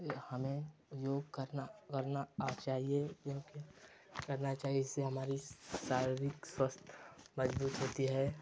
हमें योग करना करना चाहिए जो है से करना चाहिए इससे हमारी शारीरिक स्वास्थ्य मजबूत होती है